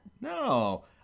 No